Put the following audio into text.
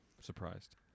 surprised